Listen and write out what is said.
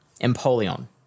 Empoleon